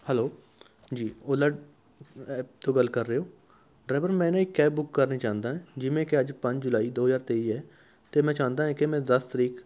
hello ji Ola app ਤੋਂ ਗੱਲ ਕਰ ਰਹੇ ਹੋ ਡਰਾਈਵਰ ਮੈਂ ਨਾ ਇੱਕ ਕੈਬ ਬੁੱਕ ਕਰਨੀ ਚਾਹੁੰਦਾ ਜਿਵੇਂ ਕਿ ਅੱਜ ਪੰਜ ਜੁਲਾਈ ਦੋ ਹਜ਼ਾਰ ਤੇਈ ਹੈ ਅਤੇ ਮੈਂ ਚਾਹੁੰਦਾ ਹੈ ਕਿ ਮੈਂ ਦਸ ਤਰੀਕ